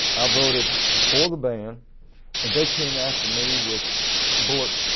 i voted for the ban and they came after me with bullets,